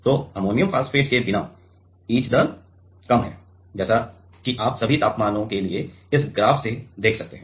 तो ammonium phosphate के बिना ईच दर कम है जैसा कि आप सभी तापमानों के लिए इस ग्राफ से देख सकते हैं